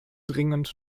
dringend